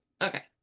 Okay